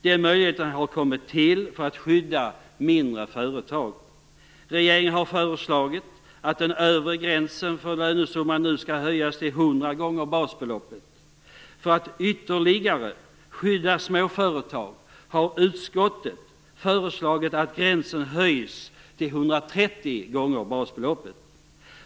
Den möjligheten har kommit till för att skydda mindre företag. Regeringen har föreslagit att den övre gränsen för lönesumman nu skall höjas till 100 gånger basbeloppet. För att ytterligare skydda små företag har utskottet föreslagit att gränsen höjs till 130 gånger basbeloppet.